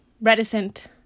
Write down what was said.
reticent